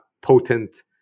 potent